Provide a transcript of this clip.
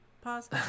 Pause